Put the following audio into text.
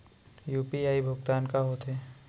UPI भुगतान का होथे?